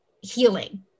healing